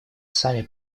сами